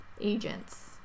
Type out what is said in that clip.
agents